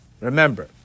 Remember